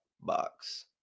box